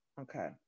Okay